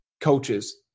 coaches